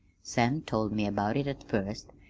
sam told me about it at first,